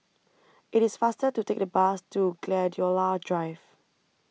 IT IS faster to Take The Bus to Gladiola Drive